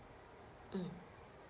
mm